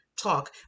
talk